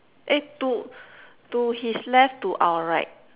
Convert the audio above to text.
eh to to his left to our right